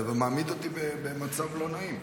זה מעמיד אותי במצב לא נעים.